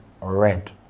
red